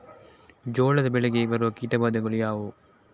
ಜೋಳದ ಬೆಳೆಗೆ ಬರುವ ಕೀಟಬಾಧೆಗಳು ಯಾವುವು?